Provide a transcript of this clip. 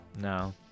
No